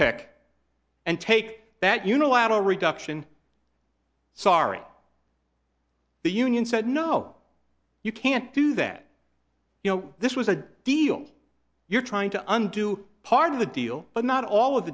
pick and take that unilateral reduction sorry the union said no you can't do that you know this was a deal you're trying to undo part of the deal but not all of